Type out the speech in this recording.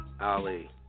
Ali